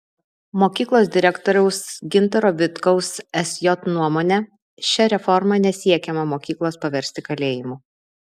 mokyklos direktoriaus gintaro vitkaus sj nuomone šia reforma nesiekiama mokyklos paversti kalėjimu